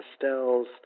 pastels